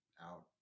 out